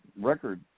record